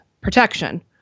protection